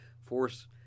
force